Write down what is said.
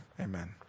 amen